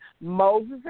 Moses